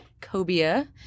Cobia